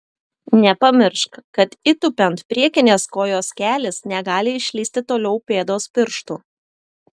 nepamiršk kad įtūpiant priekinės kojos kelis negali išlįsti toliau pėdos pirštų